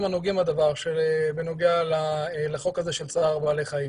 הנוגעים בדבר בנוגע לחוק הזה של צער בעלי חיים,